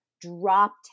dropped